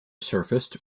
surfaced